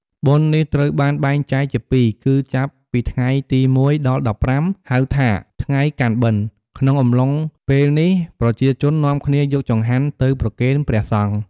បុណ្យនេះត្រូវបានបែងចែកជា២គឺ ចាប់ពីថ្ងៃទី ១ ដល់ ១៥ ហៅថាថ្ងៃកាន់បិណ្ឌក្នុងអំឡុងពេលនេះប្រជាជននាំគ្នាយកចង្ហាន់ទៅប្រគេនព្រះសង្ឃ។